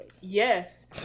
Yes